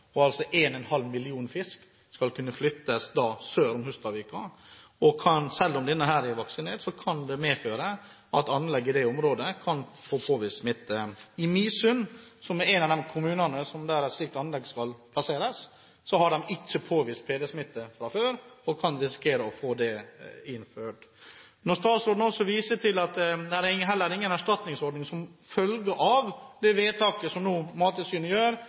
fisk skal kunne flyttes sør om Hustadvika. Selv om denne fisken er vaksinert, kan flyttingen medføre at anlegg i det området kan få påvist smitte. I Misund, som er en av de kommunene der et slikt anlegg skal plasseres, har man ikke påvist PD-smitte fra før og kan nå risikere å få det innført. Når statsråden viser til at det heller ikke er noen erstatningsordning som følge av det vedtaket som Mattilsynet nå gjør,